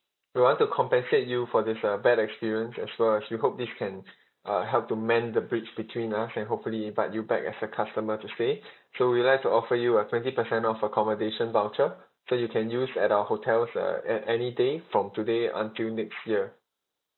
we want to compensate you for this uh bad experience as well as we hope this can uh help to mend the bridge between us and hopefully invite you back as a customer to stay so we would like to offer you a twenty percent off accommodation voucher so you can use at our hotels uh a~ any day from today until next year